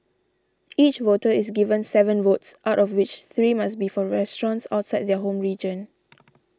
each voter is given seven votes out of which three must be for restaurants outside their home region